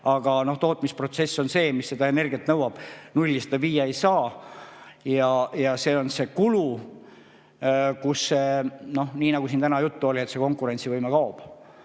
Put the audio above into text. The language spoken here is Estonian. Aga tootmisprotsess on see, mis energiat nõuab. Nullini seda viia ei saa. Ja see on see kulu. Noh, nii nagu siin täna juttu oli, see konkurentsivõime kaob.